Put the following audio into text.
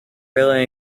really